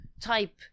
type